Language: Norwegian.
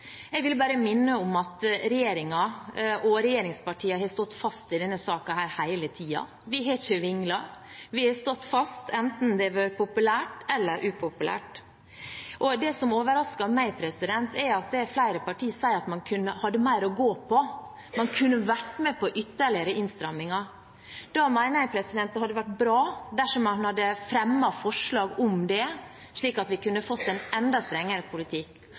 Jeg vil bare minne om at regjeringen og regjeringspartiene har stått fast i denne saken hele tiden. Vi har ikke vinglet. Vi har stått fast enten det har vært populært eller upopulært. Det som overrasker meg, er at flere partier sier at man hadde mer å gå på, man kunne vært med på ytterligere innstramninger. Da mener jeg at det hadde vært bra dersom man hadde fremmet forslag om det, slik at vi kunne fått en enda strengere politikk.